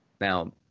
Now